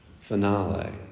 finale